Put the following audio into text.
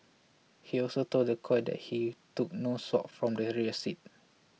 he also told the court that he took no swabs from the rear seat